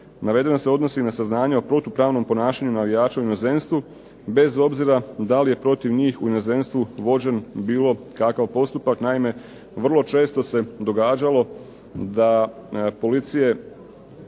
Navedeno se odnosi na saznanje o protupravnom ponašanju navijača u inozemstvu bez obzira da li je protiv njih u inozemstvu vođen bilo kakav postupak. Naime, vrlo često se događalo da policije